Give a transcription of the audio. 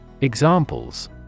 Examples